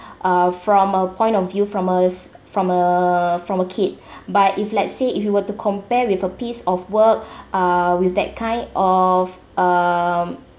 uh from a point of view from us from uh from a kid but if let's say if you were to compare with a piece of work uh with that kind of uh